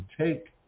take